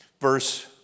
Verse